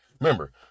Remember